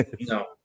No